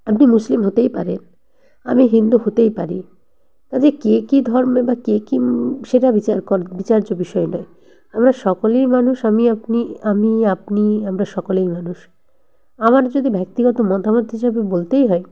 আপনি মুসলিম হতেই পারেন আমি হিন্দু হতেই পারি কাজেই কে কী ধর্ম বা কে কী সেটা বিচার কর বিচার্য বিষয় নয় আমরা সকলেই মানুষ আমি আপনি আমি আপনি আমরা সকলেই মানুষ আমার যদি ব্যক্তিগত মতামত হিসাবে বলতেই হয়